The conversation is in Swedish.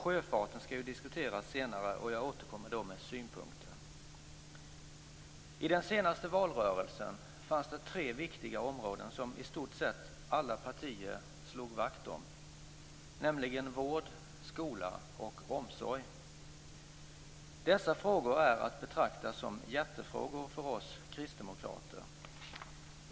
Sjöfarten skall ju diskuteras senare och jag återkommer då med synpunkter. I den senaste valrörelsen fanns det tre viktiga områden som i stort sett alla partier slog vakt om, nämligen vård, skola och omsorg. Dessa frågor är att betrakta som hjärtefrågor för oss kristdemokrater.